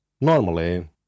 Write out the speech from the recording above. Normally